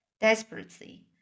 desperately